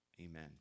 Amen